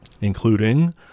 including